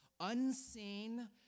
unseen